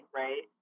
right